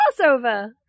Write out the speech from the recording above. crossover